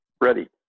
Ready